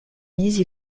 mise